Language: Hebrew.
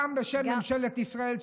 גם בשם ממשלת ישראל,